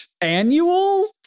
annual